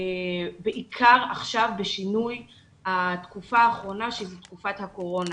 בעיקר עכשיו בשינוי התקופה האחרונה שהיא תקופת הקורונה.